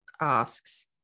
asks